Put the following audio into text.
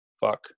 fuck